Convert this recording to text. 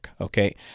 okay